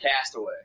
Castaway